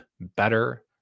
better